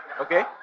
Okay